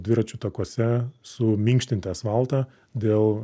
dviračių takuose suminkštint asfaltą dėl